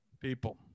People